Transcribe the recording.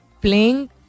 playing